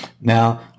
now